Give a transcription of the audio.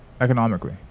economically